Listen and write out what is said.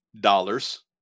dollars